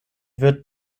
wird